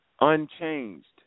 Unchanged